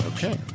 Okay